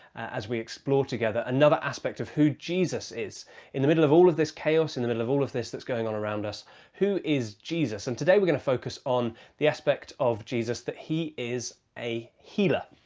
as we explore together another aspect of who jesus is in the middle of all of this chaos, in the middle of all of this that's going on around us who is jesus. and today we're going to focus on the aspect of jesus that he is a healer.